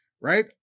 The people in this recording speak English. right